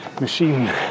machine